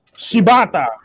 Shibata